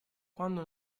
quando